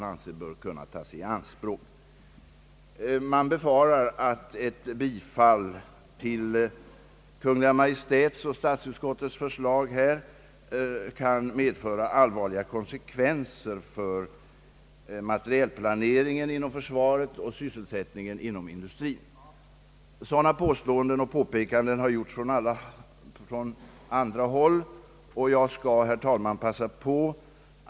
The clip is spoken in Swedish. Reservanterna befarar att ett bifall till statsutskottets hemställan kan medföra allvarliga konsekvenser för sysselsättningen inom industrin. Jag har sagt tidigare, och jag vill upprepa det här, att det inte är fråga om att minska leveranserna till försvaret. Beställningsverksamheten kan tvärtom öka under nästa budgetår.